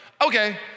okay